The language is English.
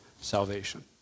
salvation